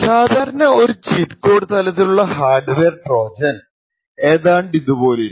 സാദാരണ ഒരു cheat code തലത്തിലുള്ള ഹാർഡ്വെയർ ട്രോജൻ ഏതാണ്ടിതു പോലിരിക്കും